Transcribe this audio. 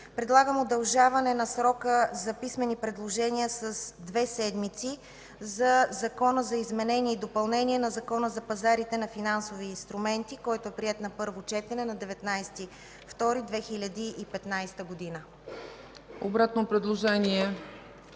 предлагам удължаване на срока за писмени предложения с две седмици по Закона за изменение и допълнение на Закона за пазарите на финансови инструменти, който е приет на първо четене на 19 февруари 2015 г.